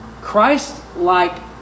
Christ-like